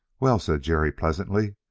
well, said jerry pleasantly,